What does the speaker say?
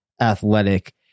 athletic